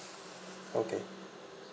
okay